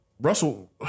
Russell